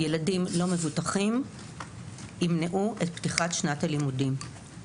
כשילדים לא מבוטחים ימנעו את פתיחת שנת הלימודים.